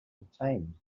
obtained